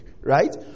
right